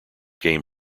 game